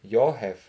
you all have